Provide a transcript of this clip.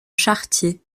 charretier